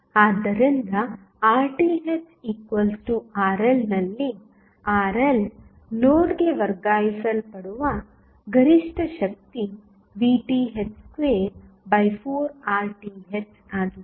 ಆದ್ದರಿಂದ RThRL ನಲ್ಲಿ RL ಲೋಡ್ಗೆ ವರ್ಗಾಯಿಸಲ್ಪಡುವ ಗರಿಷ್ಠ ಶಕ್ತಿ VTh24RTh ಆಗಿದೆ